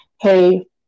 hey